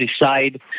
decide